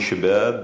מי שבעד,